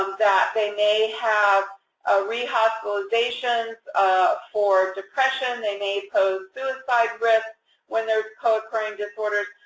um that they may have a re-hospitalization for depression, they may pose suicide risks when there's co-occurring disorders.